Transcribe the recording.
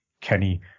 Kenny